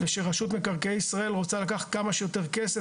ושרשות מקרקעי ישראל רוצה לקחת כמה שיותר כסף,